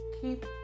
keep